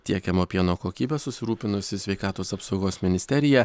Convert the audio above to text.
tiekiamo pieno kokybe susirūpinusi sveikatos apsaugos ministerija